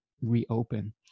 reopen